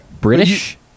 British